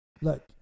Look